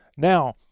Now